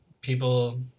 people